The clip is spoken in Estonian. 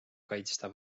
kaitsta